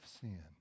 sin